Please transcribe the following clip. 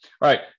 Right